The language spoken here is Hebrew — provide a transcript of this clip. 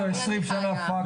אבל בעמי אני חיה --- טכנית,